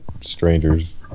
strangers